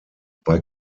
bei